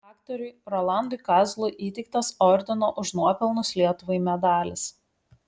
aktoriui rolandui kazlui įteiktas ordino už nuopelnus lietuvai medalis